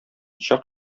чак